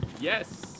Yes